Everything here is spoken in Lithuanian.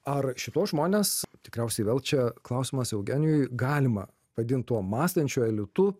ar šituos žmones tikriausiai vėl čia klausimas eugenijui galima vadint tuo mąstančiu elitu